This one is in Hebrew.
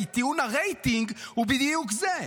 כי טיעון הרייטינג הוא בדיוק זה.